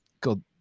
God